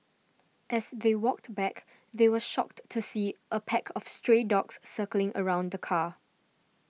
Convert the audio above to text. as they walked back they were shocked to see a pack of stray dogs circling around the car